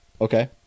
Okay